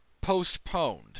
postponed